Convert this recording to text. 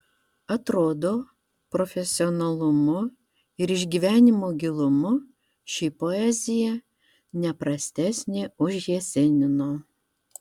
atrodo profesionalumu ir išgyvenimo gilumu ši poezija ne prastesnė už jesenino